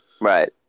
Right